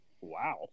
Wow